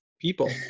People